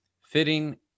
Fitting